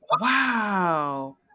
wow